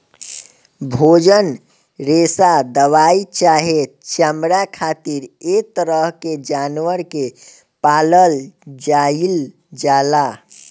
भोजन, रेशा दवाई चाहे चमड़ा खातिर ऐ तरह के जानवर के पालल जाइल जाला